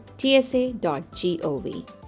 tsa.gov